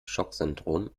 schocksyndrom